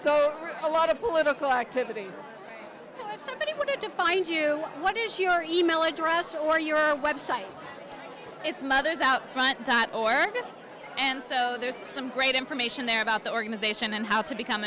so a lot of political activity if somebody wanted to find you what is your e mail address or your website it's mothers out front dot org and so there's some great information there about the organization and how to become